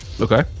okay